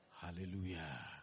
Hallelujah